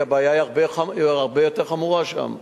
כי הבעיה הרבה יותר חמורה שם.